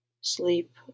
sleep